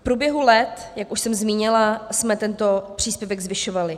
V průběhu let, jak už jsem zmínila, jsme tento příspěvek zvyšovali.